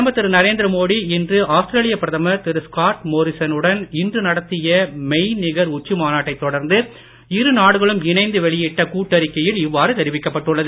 பிரதமர் திரு நரேந்திரமோடி இன்று ஆஸ்திரேலிய பிரதமர் திரு ஸ்காட் மோரிசன் னுடன் இன்று நடத்திய மெய்நிகர் உச்சி மாநாட்டைத் தொடர்ந்து இருநாடுகளும் இணைந்து வெளியிட்ட கூட்டறிக்கையில் இவ்வாறு தெரிவிக்கப்பட்டுள்ளது